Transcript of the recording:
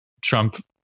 Trump